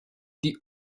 die